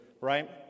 Right